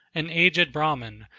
an aged brahman,